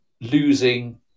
losing